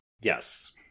yes